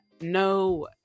no